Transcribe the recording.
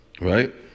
Right